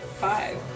five